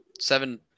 seven